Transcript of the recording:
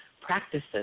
practices